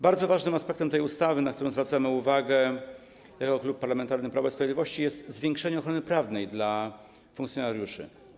Bardzo ważnym aspektem tej ustawy, na który zwracamy uwagę jako Klub Parlamentarny Prawa i Sprawiedliwości, jest zwiększenie ochrony prawnej dla funkcjonariuszy.